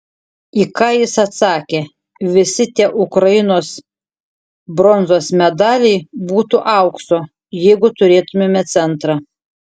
į ką jis atsakė visi tie ukrainos bronzos medaliai būtų aukso jeigu turėtumėme centrą